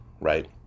right